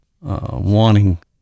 wanting